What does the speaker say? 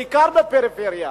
בעיקר בפריפריה,